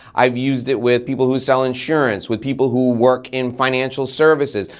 i've used it with people who sell insurance, with people who work in financial services.